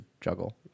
juggle